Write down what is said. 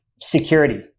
security